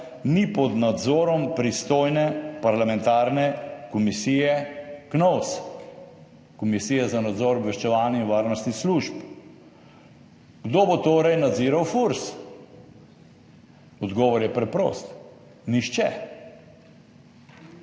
ni pod nadzorom pristojne parlamentarne komisije Knovs, Komisije za nadzor obveščevalnih in varnostnih služb. Kdo bo torej nadziral Furs? Odgovor je preprost. Nihče.